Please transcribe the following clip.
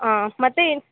ಹಾಂ ಮತ್ತೆ ಏನು